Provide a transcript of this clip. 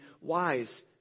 wise